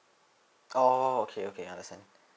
oh okay okay understand